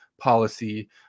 policy